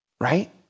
right